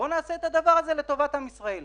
בואו נעשה את הדבר הזה לטובת עם ישראל.